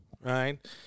right